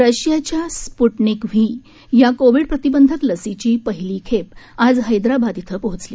रशियाच्या Sputnik V या Covid प्रतिबंधक लसीची पहिली खेप आज हैद्राबाद इथं पोहोचली